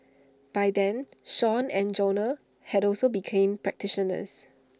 by then Sean and Jonah had also become practitioners